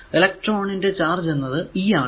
electron ന്റെ charge എന്നത് e ആണ്